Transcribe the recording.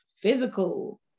physical